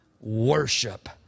Worship